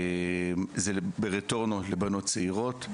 זה ב"רטורנו" לבנות צעירות,